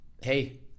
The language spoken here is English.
Hey